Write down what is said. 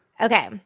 Okay